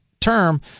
term